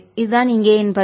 இது தான் இங்கே என் பதில்